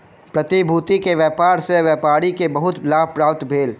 प्रतिभूति के व्यापार सॅ व्यापारी के बहुत लाभ प्राप्त भेल